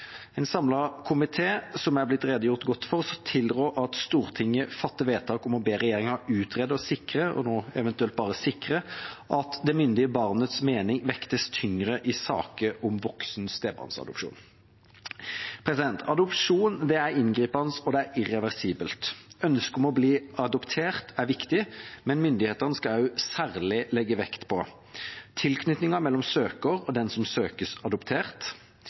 Som det er blitt redegjort godt for, tilrår en samlet komité at Stortinget fatter vedtak om å be regjeringa utrede og sikre – nå eventuelt bare sikre – at det myndige barnets mening vektes tyngre i saker om voksen stebarnsadopsjon. Adopsjon er inngripende, og det er irreversibelt. Ønsket om å bli adoptert er viktig, men myndighetene skal særlig legge vekt på tilknytningen mellom søker og den som søkes adoptert,